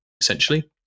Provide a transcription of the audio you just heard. essentially